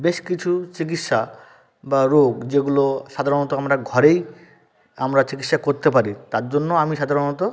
বেশ কিছু চিকিৎসা বা রোগ যেগুলো সাধারণত আমরা ঘরেই আমরা চিকিৎসা করতে পারি তার জন্য আমি সাধারণত